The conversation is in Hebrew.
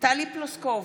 טלי פלוסקוב,